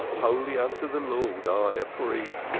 holy unto the lord i a priest!